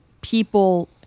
people